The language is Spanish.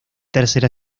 tercera